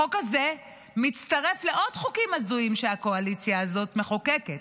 החוק הזה מצטרף לעוד חוקים הזויים שהקואליציה הזאת מחוקקת,